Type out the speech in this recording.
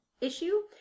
issue